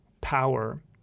power